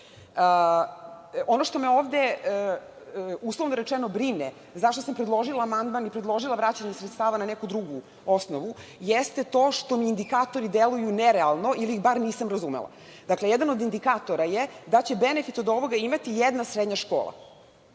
što me ovde, uslovno rečeno brine, zašto sam predložila amandman i predložila vraćanje sredstava na neku drugu osnovu, jeste to što mi indikatori deluju nerealno, ili ih bar nisam razumela. Jedan od indikatora je da će benefit od ovoga imati jedna srednja škola